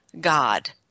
God